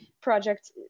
project